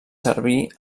servir